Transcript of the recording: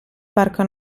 parco